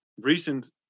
recent